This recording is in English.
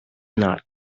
not